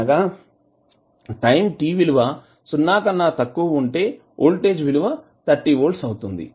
అనగా time t విలువ సున్నా కన్నా తక్కువ ఉంటే వోల్టేజ్ విలువ 30 వోల్ట్స్ అవుతుంది